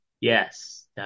Yes